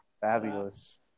Fabulous